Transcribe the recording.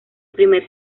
primer